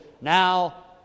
Now